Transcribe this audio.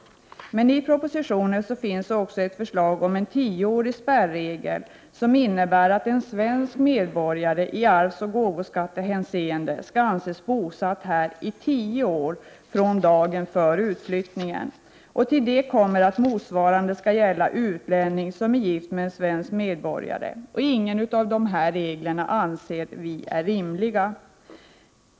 Men i propositionen finns också ett förslag om en spärregel gällande en tioårsperiod, vilket innebär att en svensk medborgare i arvsoch gåvoskattehänseende skall anses bosatt här i tio år från dagen för utflyttningen. Till detta kommer att motsvarande skall gälla utlänning som är gift med en svensk medborgare. Ingen av dessa regler anser vi rimlig.